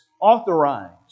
authorized